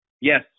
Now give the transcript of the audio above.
Yes